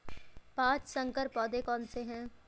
पाँच संकर पौधे कौन से हैं?